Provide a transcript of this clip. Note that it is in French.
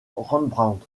rembrandt